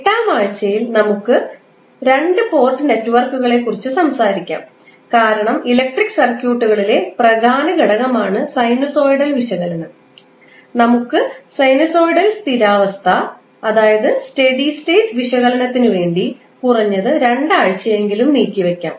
8 ാം ആഴ്ചയിൽ നമുക്ക് 2 പോർട്ട് നെറ്റ്വർക്കുകളെക്കുറിച്ച് സംസാരിക്കാം കാരണം ഇലക്ട്രിക് സർക്യൂട്ടുകളിലെ പ്രധാന ഘടകമാണ് സിനുസോയിഡല് വിശകലനം നമുക്ക് സിനുസോയിഡല് സ്ഥിരാവസ്ഥ വിശകലനത്തിനുവേണ്ടി കുറഞ്ഞത് 2 ആഴ്ചയെങ്കിലും നീക്കി വെക്കാം